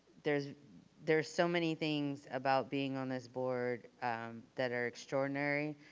there's there's so many things about being on this board that are extraordinary,